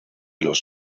los